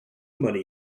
money